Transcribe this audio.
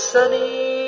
Sunny